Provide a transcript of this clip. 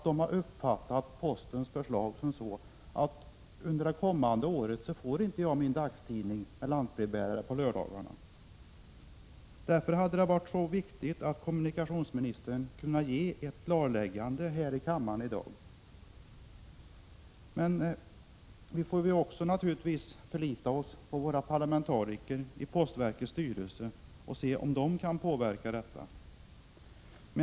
De har uppfattat postens förslag så; att man under det kommande året inte får sin dagstidning med lantbrevbärare på lördagar. Därför hade det varit viktigt att kommunikationsministern kunnat ge ett klarläggande i kammaren i dag: Men vi får naturligtvis förlita oss på parlamentarikerna i postverkets styrelse och se om de kan påverka saken.